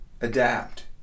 adapt